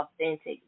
authentic